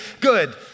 Good